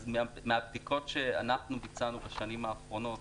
מהבדיקות שאנחנו ביצענו בשנים האחרונות,